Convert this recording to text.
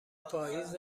پاییز